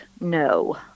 no